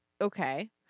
Okay